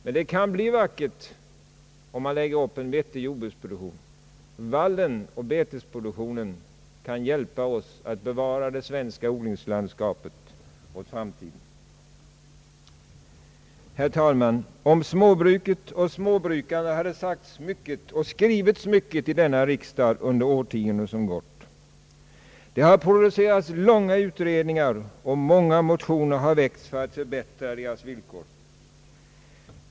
Det skulle kunna bli vackert, om man lade upp en vettig jordbruksproduktion. Vallen och betesproduktionen kan hjälpa oss att bevara det svenska odlingslandskapet åt framtiden. Herr talman! Om småbruket och småbrukaren har det sagts och skrivits mycket i denna riksdag under de årtionden som har gått. Långa utredningar har producerats och många motioner har väckts för att förbättra hans villkor.